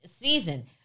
season